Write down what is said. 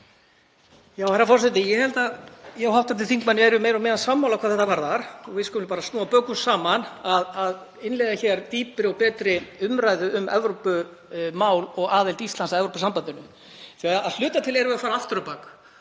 Herra forseti. Ég held að við hv. þingmaður séum meira og minna sammála hvað þetta varðar. Við skulum bara snúa bökum saman um að innleiða hér dýpri og betri umræðu um Evrópumál og aðild Íslands að Evrópusambandinu. Að hluta til erum við að fara aftur á bak.